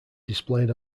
displayed